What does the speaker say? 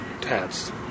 Tats